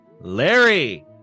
Larry